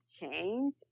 change